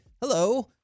hello